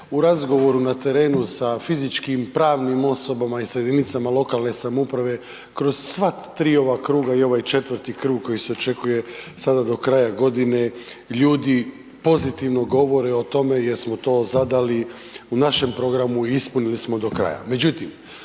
u razgovoru na terenu sa fizičkim, pravnim osobama i sa jedinicama lokalne samouprave kroz sva tri ova kruga i ovo je četvrti krug koji se očekuje sada do kraja godine, ljudi pozitivno govore o tome jer smo to zadali u našem programu i ispunili smo do kraja.